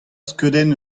skeudenn